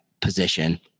position